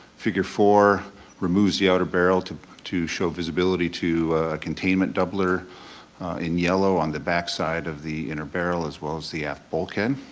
figure four removes the outer barrel to to show visibility to containment doubler in yellow on the backside of the inner barrel as well as the bulkhead.